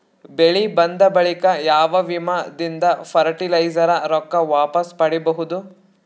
ಬೆಳಿ ಬಂದ ಬಳಿಕ ಯಾವ ವಿಮಾ ದಿಂದ ಫರಟಿಲೈಜರ ರೊಕ್ಕ ವಾಪಸ್ ಪಡಿಬಹುದು?